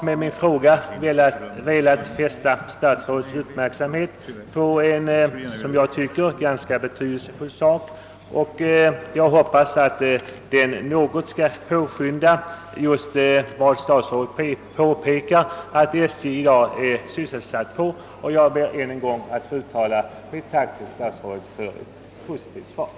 Med min fråga har jag velat fästa statsrådets uppmärksamhet på en enligt min mening betydelsefull sak, och jag hoppas att SJ:s arbete härigenom kommer att påskyndas något. Jag ber att ännu en gång få tacka statsrådet för svaret.